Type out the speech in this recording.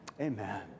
Amen